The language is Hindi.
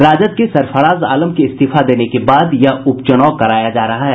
राजद के सरफराज आलम के इस्तीफा देने के बाद यह उपचुनाव कराया जा रहा है